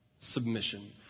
Submission